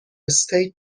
state